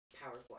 powerful